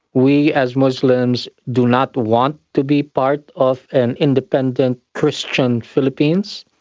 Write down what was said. we as muslims do not want to be part of an independent christian philippines.